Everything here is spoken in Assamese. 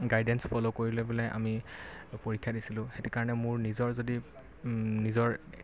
গাইডেঞ্চ ফল' কৰি লৈ পেলাই আমি পৰীক্ষা দিছিলোঁ সেইটো কাৰণে মোৰ নিজৰ যদি নিজৰ